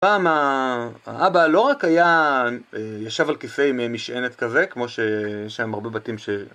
פעם האבא לא רק היה יושב על כיסא עם משענת כזה, כמו שיש היום הרבה בתים ש...